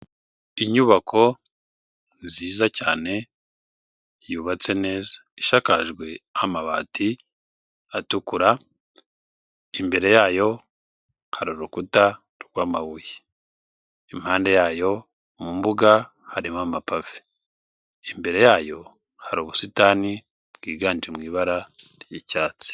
Inyubako nziza cyane yubatse neza ishakakajwe amabati atukura, imbere yayo hari urukuta rwamabuye impande yayo mu mbuga harimo amapave imbere yayo hari ubusitani bwiganje mu ibara ry'icyatsi.